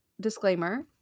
disclaimer